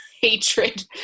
hatred